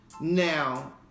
Now